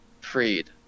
freed